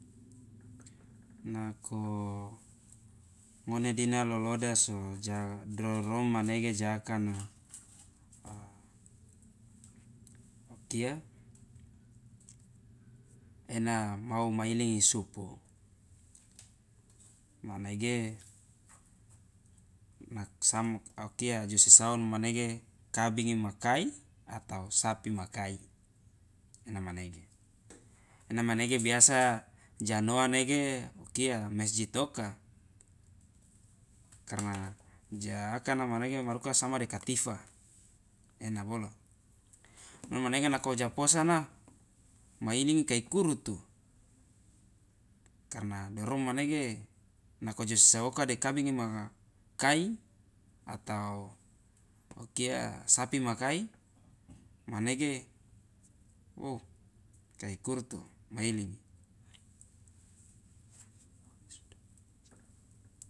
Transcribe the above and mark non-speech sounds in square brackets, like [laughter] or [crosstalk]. [noise] nako ngone dina loloda so ja dorom manege jaakana a okia ena mau ma ilingi isupu manege okia josi saono manege kabingi ma kai atau sapi ma kai ena manege ena manege biasa ja noa nege okia mesjid oka karna jaakana manege maruka sama de ka tifa ena bolo ena manege nako ja posana ma ilingi kai kurutu karna dorom manege nako josi sao oka de kabingi ma kai atau okia sapi ma kai manege oh kai kurutu ma ilingi.